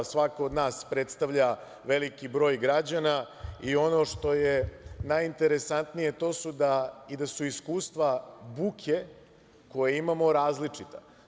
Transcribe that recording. Svako od nas predstavlja veliki broj građana i ono što je najinteresantnije to su iskustva buke koje imamo različita.